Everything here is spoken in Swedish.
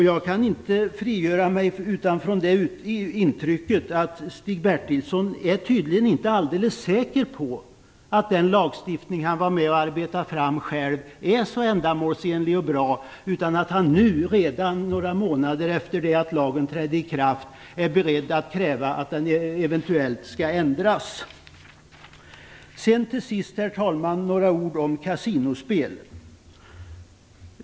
Jag kan inte frigöra mig från det intrycket att Stig Bertilsson tydligen inte är helt säker på att den lagstiftning som han själv var med om att arbeta fram är så ändamålsenlig och bra, utan att han redan några månader efter att lagen trätt i kraft nu är beredd att kräva att den eventuellt skall ändras. Till sist, herr talman, vill jag säga några ord om kasinospel.